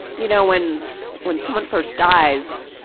you know, when when someone first dies,